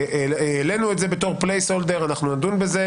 העליתי את זה, נדון בזה.